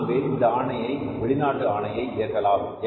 நான் சொல்வேன் இந்த ஆணையை வெளிநாட்டு ஆணையை ஏற்கலாம்